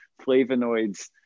flavonoids